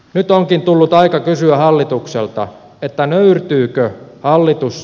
nyt onkin tullut aika kysyä hallitukselta että nöyrtyykö hallitus